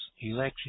Election